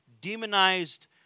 demonized